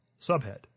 Subhead